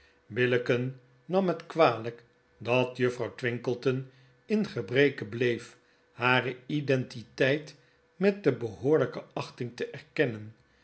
billicken nam het kwalijk dat juffrouw twinkleton in gebreke bleef hare identiteit met de behoorlyke achting te erkennen